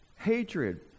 hatred